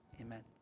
Amen